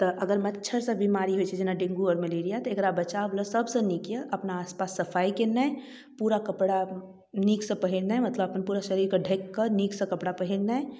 तऽ अगर मच्छरसँ बीमारी होइ छै जेना डेंगू आओर मलेरिया तऽ एकरा बचाव लए सबसँ नीक यऽ अपना आसपास सफाइ केनाइ पूरा कपड़ा नीकसँ पहिरनाइ मतलब अपन पूरा शरीरके ढकिकऽ नीकसँ कपड़ा पहिरनाइ